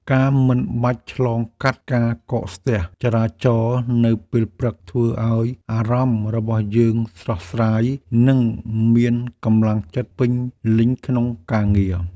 ការមិនបាច់ឆ្លងកាត់ការកកស្ទះចរាចរណ៍នៅពេលព្រឹក ធ្វើឱ្យអារម្មណ៍របស់យើងស្រស់ស្រាយ និងមានកម្លាំងចិត្តពេញលេញក្នុងការងារ។